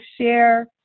share